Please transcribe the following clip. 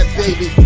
baby